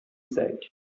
said